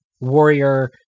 warrior